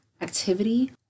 activity